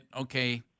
okay –